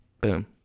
boom